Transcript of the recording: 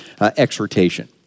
exhortation